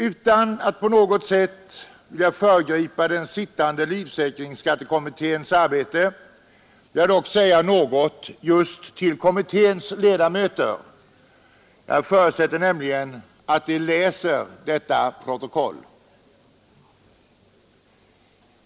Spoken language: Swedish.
Utan att på något sätt vilja föregripa den sittande livförsäkringsskattekommitténs arbete vill jag dock säga något till kommitténs ledamöter. Jag förutsätter nämligen att de läser detta kammarprotokoll.